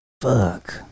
Fuck